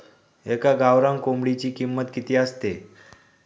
एका गावरान कोंबडीची किंमत किती असते?